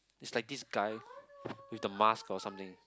is like this guy with the mask or something